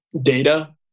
data